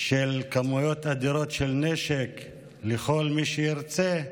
של כמויות אדירות של נשק לכל מי שירצה,